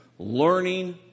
Learning